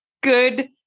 Good